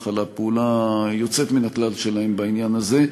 על הפעולה היוצאת מן הכלל שלהם בעניין הזה.